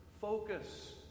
focus